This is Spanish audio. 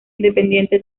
independiente